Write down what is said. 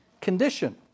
condition